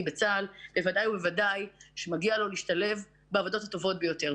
בצה"ל מגיע לו להשתלב בעבודות הטובות ביותר.